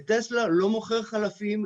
לטסלה לא מוכר חלפים.